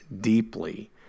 deeply